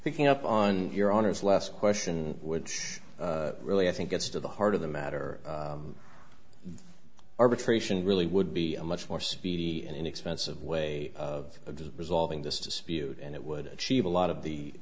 picking up on your honors last question which really i think gets to the heart of the matter arbitration really would be a much more speedy and inexpensive way of resolving this dispute and it would achieve a lot of the